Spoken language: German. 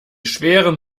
schweren